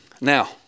Now